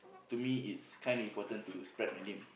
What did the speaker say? to me it's kind of important to spread my name